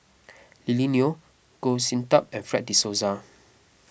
Lily Neo Goh Sin Tub and Fred De Souza